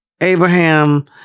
Abraham